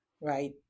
right